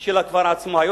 של הכפר עצמו,